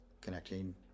connecting